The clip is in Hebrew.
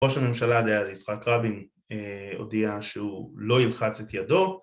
ראש הממשלה דאז, יצחק רבין, הודיע שהוא לא ילחץ את ידו